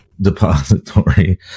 depository